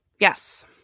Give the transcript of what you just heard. Yes